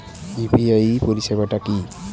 UPI পরিসেবাটা কি?